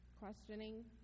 questioning